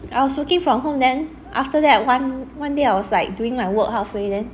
I was working from home then after that one one day I was like doing my work halfway then